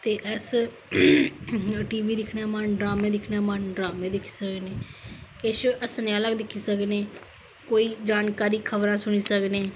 ते अस टीवी दिक्खने दा मन करे ड्रामे दिक्खने दा मन ड्रामे दिक्खी सकने किश हसने आहला दिक्खी सकने कोई जानकारी खब़रा सुनी सकने